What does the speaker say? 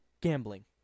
gambling